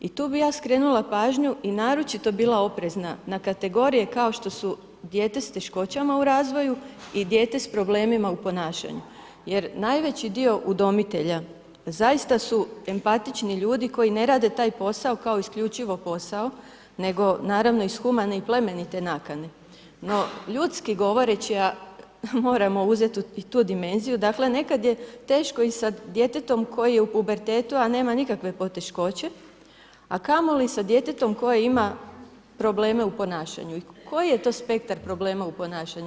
I tu bi ja skrenula pažnju i naročito bila oprezna na kategorije kao što su dijete s teškoćama u razvoju i dijete s problemima u ponašanju jer najveći dio udomitelja zaista su empatični ljudi koji ne rade posao kao isključivo posao nego naravno iz humane i plemenite nakane no ljudski govoreći a moramo uzeti i tu dimenziju, dakle nekad je teško i sa djetetom koje je u pubertetu a nema nikakve poteškoće, a kamoli sa djetetom koje ima probleme u ponašanju i koji je to spektar problema u ponašanju.